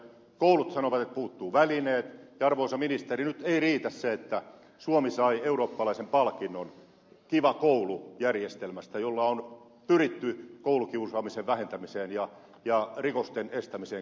koulut sanovat että puuttuu välineet ja arvoisa ministeri nyt ei riitä se että suomi sai eurooppalaisen palkinnon kiva koulu järjestelmästä jolla on pyritty koulukiusaamisen vähentämiseen ja rikosten estämiseen kouluissa